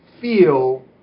feel